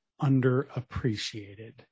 underappreciated